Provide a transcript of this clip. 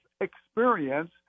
experience